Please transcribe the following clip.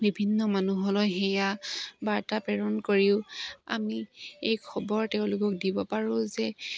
বিভিন্ন মানুহলৈ সেয়া বাৰ্তা প্ৰেৰণ কৰিও আমি এই খবৰ তেওঁলোকক দিব পাৰোঁ যে